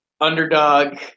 underdog